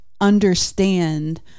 understand